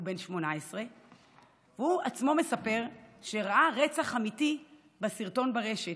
הוא בן 18 והוא עצמו מספר שראה רצח אמיתי בסרטון ברשת,